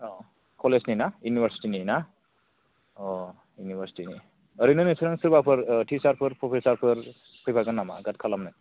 औ कलेज नि ना इउनिभार्सिटि नि ना अ' इउनिभार्सिटिनि ओरैनो नोंसोरो सोरबाफोर टिसार फोर प्रफेसार फोर फैफागोन नामा गार्ड खालामनो